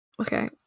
Okay